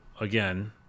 again